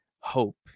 Hope